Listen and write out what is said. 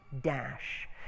dash